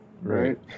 right